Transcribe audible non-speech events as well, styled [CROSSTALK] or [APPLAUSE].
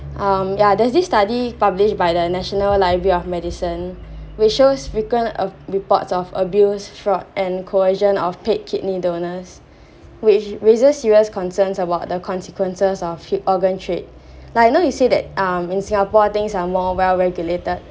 um yeah there's this study published by the national library of medicine [BREATH] which shows frequent of reports of abuse fraud and cohesion of paid kidney donors [BREATH] which raises serious concerns about the consequences of organ trade [BREATH] like now you say that um in singapore things are more well regulated